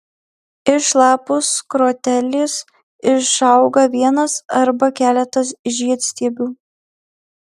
iš lapų skrotelės išauga vienas arba keletas žiedstiebių